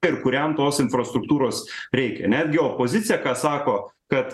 ir kuriam tos infrastruktūros reikia netgi opozicija ką sako kad